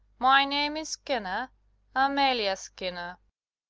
my name is skinner amelia skinner.